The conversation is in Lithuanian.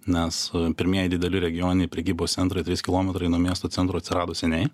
nes pirmieji dideli regioniniai prekybos centrai trys kilometrai nuo miesto centro atsirado seniai